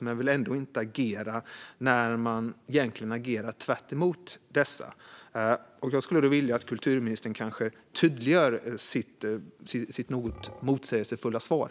Men hon vill ändå inte agera när Riksarkivet agerar tvärsemot dessa. Jag skulle vilja att kulturministern tydliggör sitt något motsägelsefulla svar.